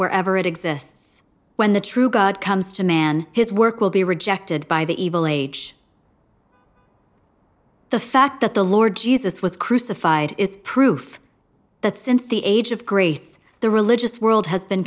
wherever it exists when the true god comes to man his work will be rejected by the evil age the fact that the lord jesus was crucified is proof that since the age of grace the religious world has been